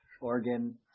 Oregon